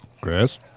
Chris